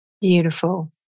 Beautiful